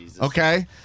Okay